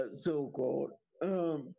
so-called